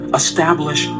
establish